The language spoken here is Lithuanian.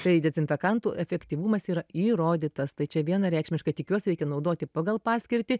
tai dezinfekantų efektyvumas yra įrodytas tai čia vienareikšmiškai tik juos reikia naudoti pagal paskirtį